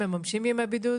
ירים את ידו?